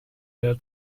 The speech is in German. der